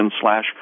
slash